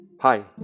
Hi